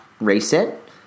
reset